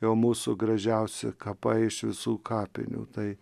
jau mūsų gražiausi kapai iš visų kapinių tai